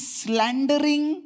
slandering